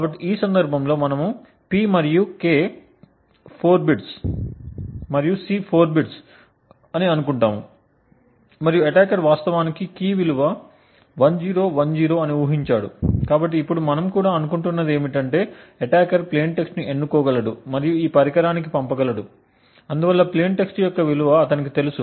కాబట్టి ఈ సందర్భంలో మనము P మరియు K 4 బిట్స్ మరియు సి 4 బిట్స్ అని అనుకుంటున్నాము మరియు అటాకర్ వాస్తవానికి కీ విలువ 1010 అని ఊహించాడు కాబట్టి ఇప్పుడు మనం కూడా అనుకుంటున్నది ఏమిటంటే అటాకర్ ప్లేయిన్ టెక్స్ట్ని ఎన్నుకోగలడు మరియు ఈ పరికరానికి పంపగలడు అందువల్ల ప్లేయిన్ టెక్స్ట్ యొక్క విలువ అతనికి తెలుసు